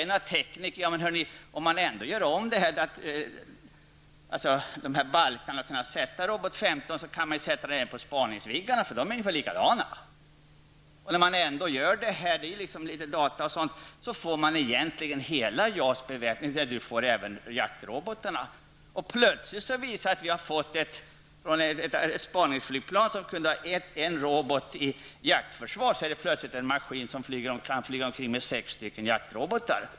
Några tekniker fann då, att om man ändå skulle göra om balkarna för att kunna bära Robot 15, så kunde man lika gärna sätta dem på Spaningsviggarna, eftersom de är ungefär likadana. När man ändå genomför detta -- det blir bl.a. fråga om data -- så får man egentligen för Viggens tillgång till JAS hela beväpning. Plötsligt visade det sig att vi, från att ha haft t.ex. ett spaningsflygplan som kunde ha en robot i jaktförsvar, hade fått en maskin som kan flyga omkring med sex stycken jaktrobotar.